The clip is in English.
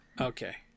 Okay